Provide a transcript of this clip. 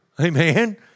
Amen